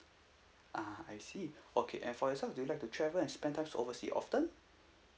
ah I see okay and for yourself do you like to travel and spend time oversea often